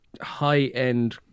high-end